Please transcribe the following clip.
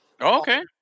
Okay